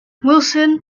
wilson